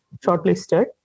shortlisted